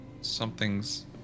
something's